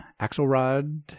Axelrod